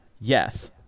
Yes